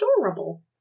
adorable